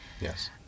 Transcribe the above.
Yes